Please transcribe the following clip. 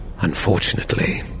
Unfortunately